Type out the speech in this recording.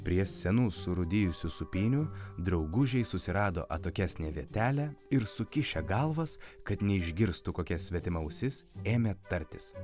prie senų surūdijusių sūpynių draugužiai susirado atokesnę vietelę ir sukišę galvas kad neišgirstų kokia svetima ausis ėmė tartis